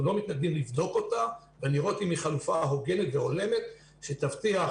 אנחנו לא מתנגדים לבדוק אותה ולראות אם היא חלופה הוגנת והולמת שתבטיח